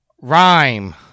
Rhyme